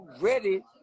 ready